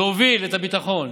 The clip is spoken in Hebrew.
להוביל את הביטחון,